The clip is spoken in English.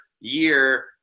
year